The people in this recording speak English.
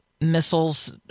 missiles